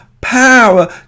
power